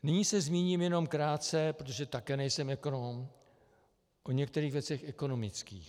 Nyní se zmíním jenom krátce, protože také nejsem ekonom, o některých věcech ekonomických.